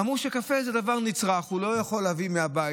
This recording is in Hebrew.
אמרו שקפה זה דבר נצרך, לא יכולים להביא מהבית.